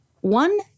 one